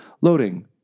Loading